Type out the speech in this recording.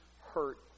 hurt